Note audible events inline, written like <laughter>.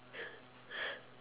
<laughs>